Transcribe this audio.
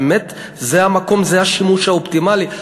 באמת, זה המקום, זה השימוש האופטימלי?